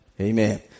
Amen